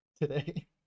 today